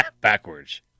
backwards